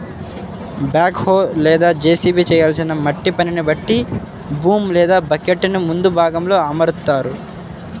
back హో లేదా JCB చేయాల్సిన మట్టి పనిని బట్టి బూమ్ లేదా బకెట్టుని ముందు భాగంలో అమరుత్తారు